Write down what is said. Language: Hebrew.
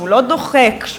לא דוחק,